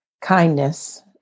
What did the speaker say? kindness